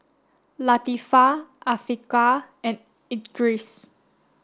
Latifa Afiqah and Idris